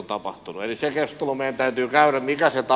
se keskustelu meidän täytyy käydä